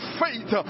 faith